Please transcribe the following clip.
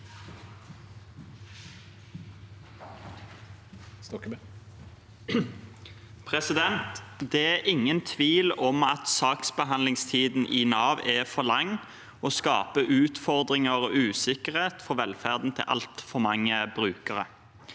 Det er ingen tvil om at saksbehandlingstiden i Nav er for lang og skaper utfordringer og usikkerhet for velferden til altfor mange brukere.